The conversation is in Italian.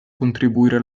contribuire